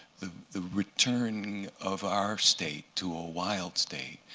the the return of our state to a wild state,